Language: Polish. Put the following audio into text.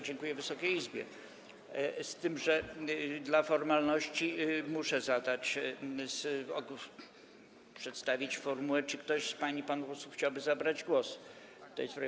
dziękuję Wysokiej Izbie, z tym że dla formalności muszę zadać pytanie, przedstawić formułę: Czy ktoś z pań i panów posłów chciałby zabrać głos w tej sprawie?